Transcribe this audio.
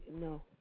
No